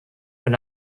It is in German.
und